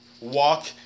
walk